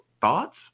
Thoughts